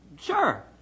Sure